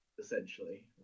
Essentially